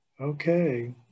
Okay